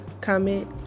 comment